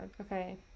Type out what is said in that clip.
Okay